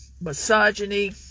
misogyny